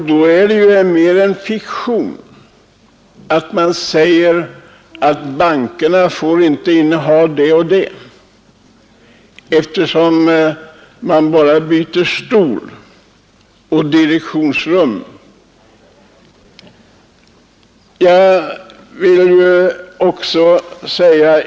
Det är mer en fiktion när man säger att bankerna inte får inneha det eller det, då ju vederbörande bara byter stol och direktionsrum eftersom personerna är desamma.